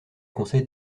conseil